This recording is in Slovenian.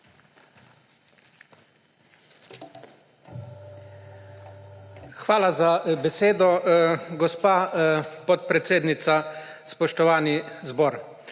Hvala za besedo, gospa podpredsednica. Spoštovani zbor!